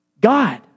God